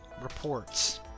reports